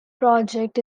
project